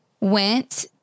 went